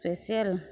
special